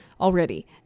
already